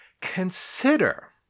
consider